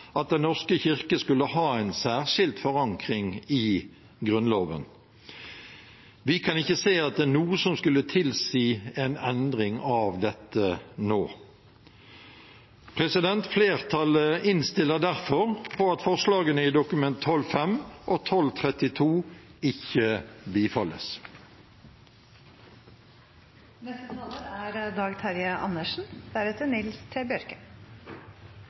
at Den norske kirke skulle ha en særskilt forankring i Grunnloven. Vi kan ikke se at det er noe som skulle tilsi en endring av dette nå. Flertallet innstiller derfor på at forslagene i Dokument 12:5 og 12:32 ikke